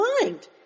mind